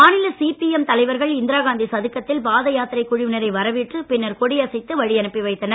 மாநில சிபிஎம் தலைவர்கள் இந்திராகாந்தி சதுக்கத்தில் பாதயாத்திரை குழுவினரை வரவேற்று பின்னர் கொடியசைத்து வழியனுப்பி வைத்தனர்